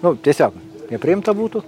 nu tiesiog nepriimta būtų